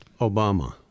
Obama